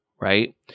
right